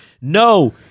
No